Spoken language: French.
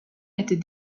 était